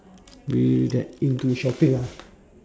you that into shopping ah